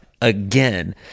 again